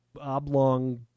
Oblong